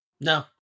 No